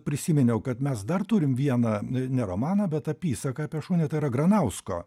prisiminiau kad mes dar turim vieną i ne romaną bet apysaką apie šunį tai yra granausko